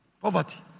poverty